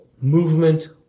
movement